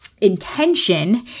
intention